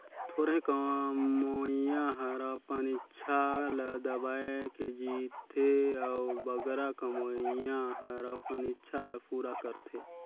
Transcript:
थोरहें कमोइया हर अपन इक्छा ल दबाए के जीथे अउ बगरा कमोइया हर अपन इक्छा ल पूरा करथे